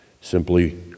Simply